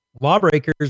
Lawbreakers